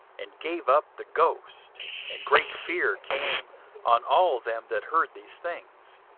and gave up the ghost and great fear came on all them that heard these things.